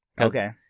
Okay